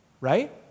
right